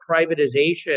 privatization